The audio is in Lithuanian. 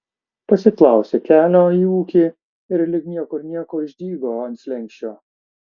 pasiklausė kelio į ūkį ir lyg niekur nieko išdygo ant slenksčio